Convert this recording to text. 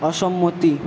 অসম্মতি